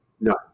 No